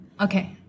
Okay